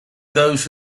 those